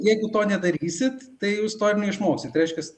jeigu to nedarysit tai jūs to ir neišmoksit reiškias